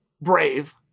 brave